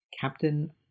Captain